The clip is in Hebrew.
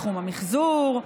בתחום המחזור,